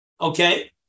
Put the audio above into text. Okay